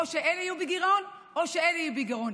או שאלה יהיה בגירעון או שאלה יהיו בגירעון.